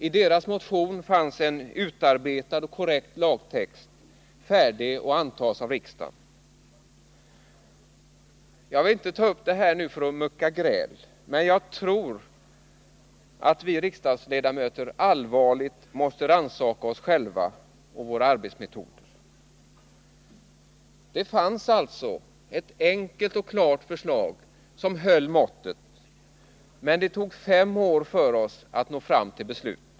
I deras motion fanns en utarbetad och korrekt lagtext, färdig att antas av riksdagen. Jag vill inte ta upp det här för att mucka gräl, men jag tror att vi riksdagsledamöter allvarligt måste rannsaka oss själva och våra arbetsmetoder. Det fanns alltså ett enkelt och klart förslag som höll måttet, men det tog fem år för oss att nå fram till beslut.